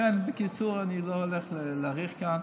לכן, בקיצור, אני לא הולך להאריך כאן.